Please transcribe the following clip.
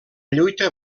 lluita